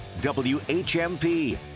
WHMP